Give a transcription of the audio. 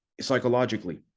psychologically